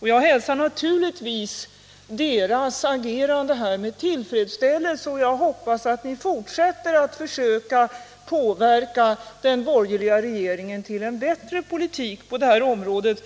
Naturligtvis hälsar jag deras agerande med tillfredsställelse, och jag hoppas att de fortsätter att försöka påverka den borgerliga regeringen till en bättre politik på detta område.